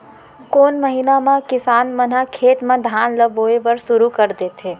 कोन महीना मा किसान मन ह खेत म धान ला बोये बर शुरू कर देथे?